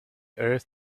earth